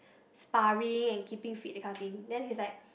sparring and keeping fit that kind of thing then he's like